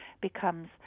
becomes